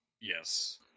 Yes